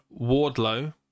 Wardlow